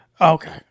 Okay